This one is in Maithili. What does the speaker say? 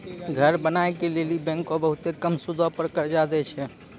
घर बनाय के लेली बैंकें बहुते कम सूदो पर कर्जा दै छै